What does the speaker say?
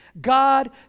God